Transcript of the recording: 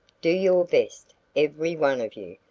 do your best, every one of you,